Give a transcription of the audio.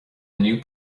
new